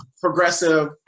progressive